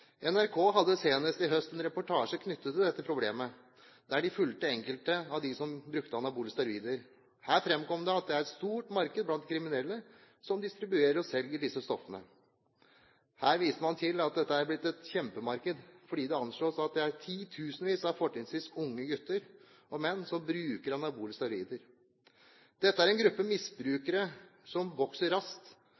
NRK hadde senest i høst en reportasje knyttet til dette problemet, der de fulgte enkelte av dem som brukte anabole steroider. Her framkom det at det er et stort marked blant de kriminelle som distribuerer og selger disse stoffene. Her viste man til at dette er blitt et kjempemarked fordi det anslås at det er titusenvis av fortrinnsvis unge gutter og menn som bruker anabole steroider. Dette er en gruppe